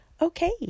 Okay